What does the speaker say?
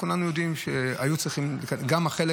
אני חושב שכולנו יודעים שהיו צריכים גם החלק